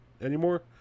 anymore